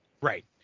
Right